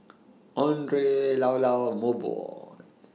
Andre Llao Llao Mobot